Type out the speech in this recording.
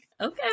okay